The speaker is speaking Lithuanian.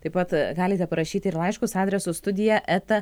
taip pat galite parašyti ir laiškus adresu studija eta